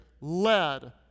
led